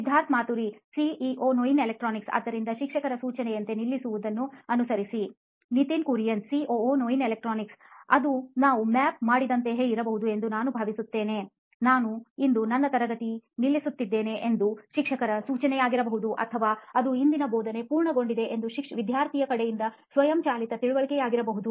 Siddharth Maturi CEO ನೋಯಿನ್ electronics ಆದ್ದರಿಂದ ಶಿಕ್ಷಕರ ಸೂಚನೆಯಂತೆ ನಿಲ್ಲಿಸುವುದನ್ನು ಅನುಸರಿಸಿ ನಿತಿನ್ ಕುರಿಯನ್ ಸಿಒಒ ನೋಯಿನ್ ಎಲೆಕ್ಟ್ರಾನಿಕ್ಸ್ ಅದು ನಾವು ಮ್ಯಾಪ್ ಮಾಡಿದಂತೆಯೇ ಇರಬಹುದು ಎಂದು ನಾನು ಭಾವಿಸುತ್ತೇನೆ ನಾನು ಇಂದು ನನ್ನ ತರಗತಿಯನ್ನು ನಿಲ್ಲಿಸಿದ್ದೇನೆ ಎಂದು ಶಿಕ್ಷಕರ ಸೂಚನೆಯಾಗಿರಬಹುದು ಅಥವಾ ಅದು ಇಂದಿನ ಬೋಧನೆ ಪೂರ್ಣಗೊಂಡಿದೆ ಎಂದು ವಿದ್ಯಾರ್ಥಿಯ ಕಡೆಯಿಂದ ಸ್ವಯಂಚಾಲಿತ ತಿಳುವಳಿಕೆಯಾಗಿರಬಹುದು